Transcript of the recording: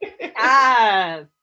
Yes